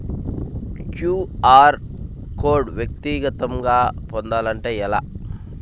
QR code వ్యక్తిగతంగా పొందాలంటే ఎలా?